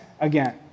again